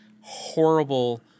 horrible